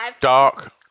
dark